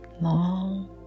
Long